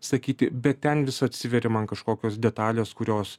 sakyti bet ten vis atsiveria man kažkokios detalės kurios